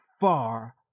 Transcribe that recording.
far